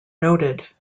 noted